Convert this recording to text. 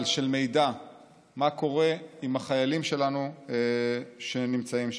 של מידע מה קורה עם החיילים שלנו שנמצאים שם,